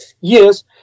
Yes